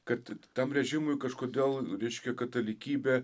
kad tam režimui kažkodėl reiškia katalikybė